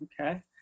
okay